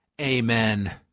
Amen